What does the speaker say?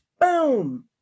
Boom